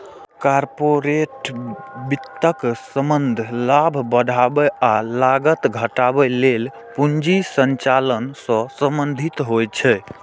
corporate वित्तक संबंध लाभ बढ़ाबै आ लागत घटाबै लेल पूंजी संचालन सं संबंधित होइ छै